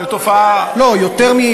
הוא אמר חֵצי, זו תופעה, לא, יותר מחצי.